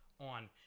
on